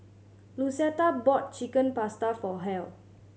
Lucetta bought Chicken Pasta for Hal